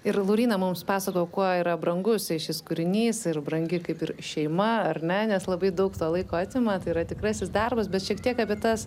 ir lauryna mums pasakojo kuo yra brangus jai šis kūrinys ir brangi kaip ir šeima ar ne nes labai daug laiko atima tai yra tikrasis darbas bet šiek tiek apie tas